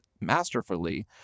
masterfully